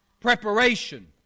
Preparation